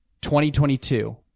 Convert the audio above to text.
2022